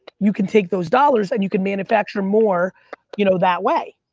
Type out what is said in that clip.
you can take those dollars and you can manufacture more you know that way.